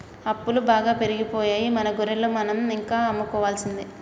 అప్పులు బాగా పెరిగిపోయాయి మన గొర్రెలు మనం ఇంకా అమ్ముకోవాల్సిందే